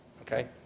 okay